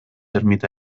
ermita